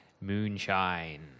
moonshine